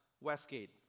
Westgate